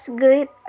great